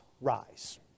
rise